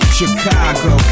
Chicago